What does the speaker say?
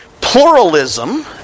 pluralism